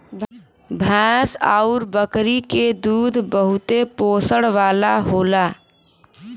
भैंस आउर बकरी के दूध बहुते पोषण वाला होला